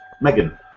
Megan